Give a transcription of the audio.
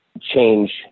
change